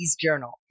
journal